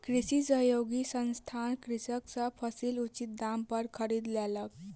कृषि सहयोगी संस्थान कृषक सॅ फसील उचित दाम पर खरीद लेलक